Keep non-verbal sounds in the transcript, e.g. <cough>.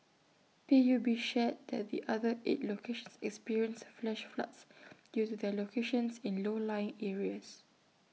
P U B shared that the other eight locations experienced flash floods due <noise> to their locations in low lying areas